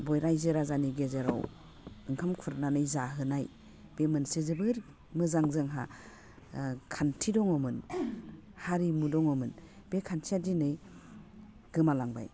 रायजो राजानि गेजेराव ओंखाम खुरनानै जाहोनाय बे मोनसे जोबोर मोजां जोंहा खान्थि दङमोन हारिमु दङमोन बे खान्थिया दिनै गोमालांबाय